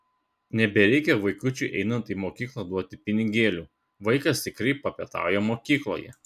nebereikia vaikučiui einant į mokyklą duoti pinigėlių vaikas tikrai papietauja mokykloje